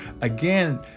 Again